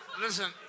listen